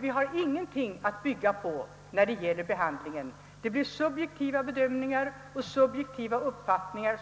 Vi har inget sakligt att bygga på i behandlingen av detta klientel, utan det blir fråga om subjektiva bedömningar och uppfattningar.